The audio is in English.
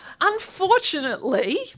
Unfortunately